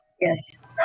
yes